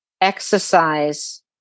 exercise